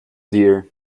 dear